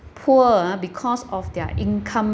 poor ah because of their income